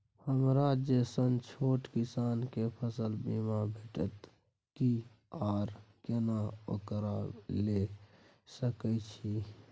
हमरा जैसन छोट किसान के फसल बीमा भेटत कि आर केना ओकरा लैय सकैय छि?